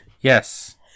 Yes